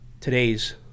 today's